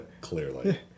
Clearly